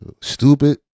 stupid